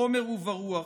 בחומר וברוח.